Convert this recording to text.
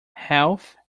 health